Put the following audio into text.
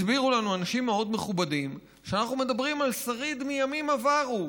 הסבירו לנו אנשים מאוד מכובדים שאנחנו מדברים על שריד מימים עברו,